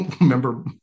Remember